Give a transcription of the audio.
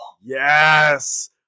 Yes